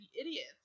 idiots